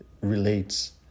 relates